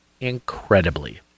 incredibly